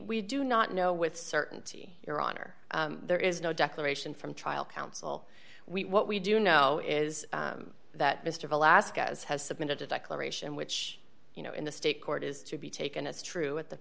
we do not know with certainty your honor there is no declaration from trial counsel we what we do know is that mr velazquez has submitted a declaration which you know in the state court is to be taken as true at the